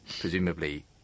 presumably